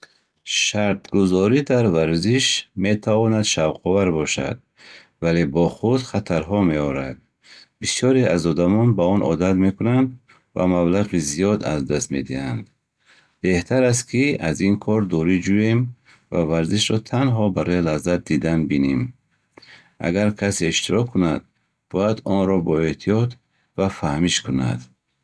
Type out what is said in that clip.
Шартгузорӣ дар варзиш метавонад шавқовар бошад, вале бо худ хатарҳо меорад. Бисёре аз одамон ба он одат мекунанд ва маблағи зиёд аз даст медиҳанд. Беҳтар аст, ки аз ин кор дурӣ ҷӯем ва варзишро танҳо барои лаззат дидан бинем. Агар кассе иштирок кунад, бояд онро бо эҳтиёт ва фаҳмиш кунад.